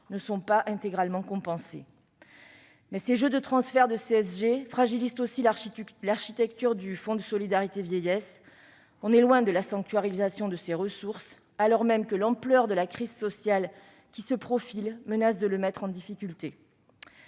ne sont pas intégralement compensées. Toutefois, ces jeux de transferts de CSG fragilisent aussi l'architecte du Fonds de solidarité vieillesse. On est loin de la sanctuarisation de ses ressources, alors même que l'ampleur de la crise sociale qui se profile menace de le mettre en difficulté.